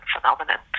phenomenon